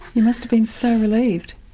you must have been so relieved.